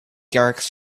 garrix